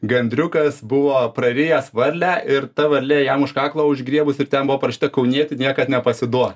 gandriukas buvo prarijęs varlę ir ta varlė jam už kaklo užgriebus ir ten buvo parašyta kaunieti niekad nepasiduos